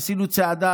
עשינו צעדה,